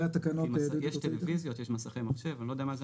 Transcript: יש טלוויזיות, יש מסכי מחשב,